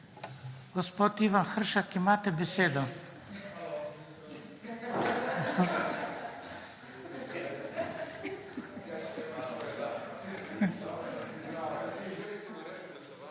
Hršak, imate besedo.